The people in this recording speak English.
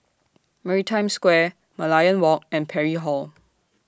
Maritime Square Merlion Walk and Parry Hall